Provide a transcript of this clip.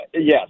Yes